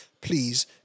Please